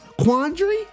Quandary